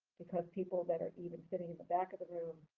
because people that are even sitting in the back of the room,